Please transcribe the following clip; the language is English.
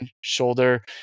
shoulder